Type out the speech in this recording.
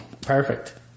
Perfect